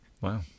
Wow